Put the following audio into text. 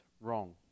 wrong